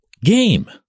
game